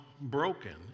broken